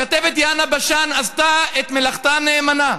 הכתבת יאנה בשן עשתה את מלאכתה נאמנה.